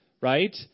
right